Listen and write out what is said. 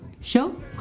show